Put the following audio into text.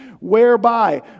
whereby